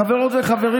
חברות וחברים,